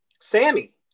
Sammy